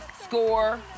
score